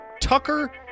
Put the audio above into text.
Tucker